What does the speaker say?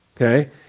okay